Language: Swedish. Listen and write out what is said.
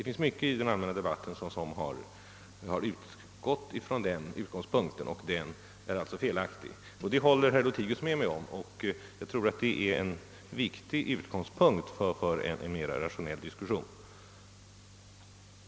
Många argument i den allmänna debatten har utgått från denna tes, och de är alltså felaktiga; det håller herr Lothigius med mig om. Detta är grundläggande för en mera rationell diskussion.